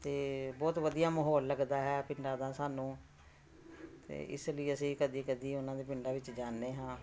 ਅਤੇ ਬਹੁਤ ਵਧੀਆ ਮਾਹੌਲ ਲੱਗਦਾ ਹੈ ਪਿੰਡਾਂ ਦਾ ਸਾਨੂੰ ਅਤੇ ਇਸ ਲਈ ਅਸੀਂ ਕਦੇ ਕਦੇ ਉਹਨਾਂ ਦੇ ਪਿੰਡਾਂ ਵਿੱਚ ਜਾਂਦੇ ਹਾਂ